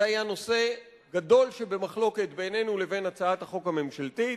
זה היה נושא גדול שבמחלוקת בינינו לבין הצעת החוק הממשלתית.